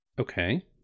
Okay